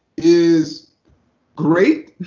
is great,